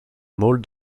molle